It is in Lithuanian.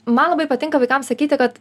man labai patinka vaikams sakyti kad